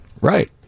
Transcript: Right